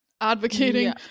advocating